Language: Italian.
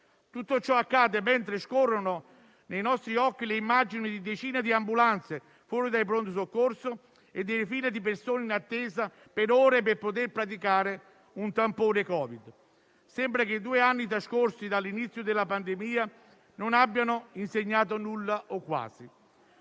Tutto ciò accade mentre scorrono nei nostri occhi le immagini di decine di ambulanze fuori dai pronto soccorso e delle file di persone in attesa per ore per poter praticare un tampone Covid. Sembra che due anni trascorsi dall'inizio della pandemia non abbiano insegnato nulla o quasi.